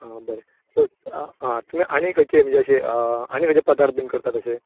आं बरें आं आनी खंयचे अशे आनी खंयचे पदार्थ बी करता अशे